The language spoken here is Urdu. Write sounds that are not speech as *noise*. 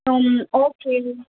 *unintelligible* اوکے